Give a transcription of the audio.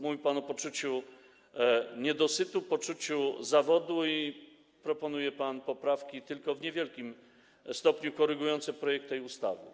Mówi pan o poczuciu niedosytu, poczuciu zawodu, a proponuje pan poprawki tylko w niewielkim stopniu korygujące projekt tej ustawy.